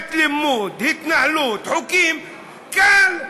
מבחינת לימוד, התנהלות, חוקים, קל.